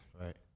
Right